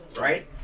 Right